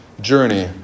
journey